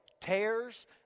tears